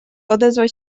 odezwał